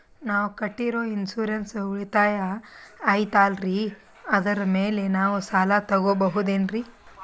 ನಾವು ಕಟ್ಟಿರೋ ಇನ್ಸೂರೆನ್ಸ್ ಉಳಿತಾಯ ಐತಾಲ್ರಿ ಅದರ ಮೇಲೆ ನಾವು ಸಾಲ ತಗೋಬಹುದೇನ್ರಿ?